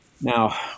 Now